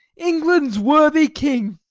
england's worthy king!